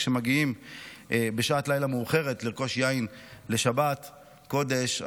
כשמגיעים בשעת לילה מאוחרת לרכוש יין לשבת קודש,